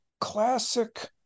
Classic